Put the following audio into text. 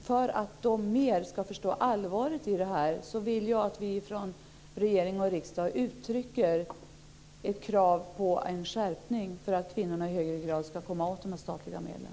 För att de bättre ska förstå allvaret i detta vill jag att vi i regering och riksdag uttrycker ett krav på en skärpning för att kvinnorna i högre grad ska komma åt dessa statliga medel.